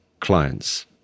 clients